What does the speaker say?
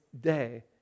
day